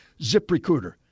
ZipRecruiter